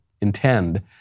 intend